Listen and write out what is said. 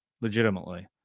legitimately